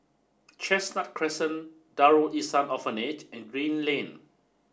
Chestnut Crescent Darul Ihsan Orphanage and Green Lane